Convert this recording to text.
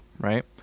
right